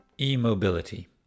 E-mobility